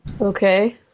Okay